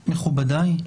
מכובדיי,